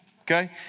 Okay